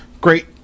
great